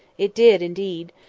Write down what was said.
it did, indeed.